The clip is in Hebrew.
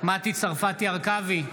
מטי צרפתי הרכבי,